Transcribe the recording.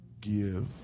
give